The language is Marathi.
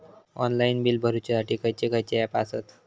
ऑनलाइन बिल भरुच्यासाठी खयचे खयचे ऍप आसत?